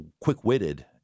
quick-witted